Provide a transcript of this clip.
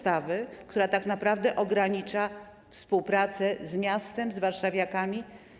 Tak naprawdę ogranicza on współpracę z miastem, z warszawiakami.